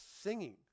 singing